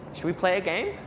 should we play a game?